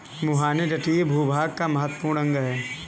मुहाने तटीय भूभाग का महत्वपूर्ण अंग है